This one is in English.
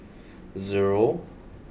zero